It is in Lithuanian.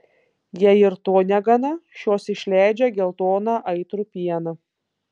jei ir to negana šios išleidžia geltoną aitrų pieną